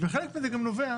וחלק מזה גם נובע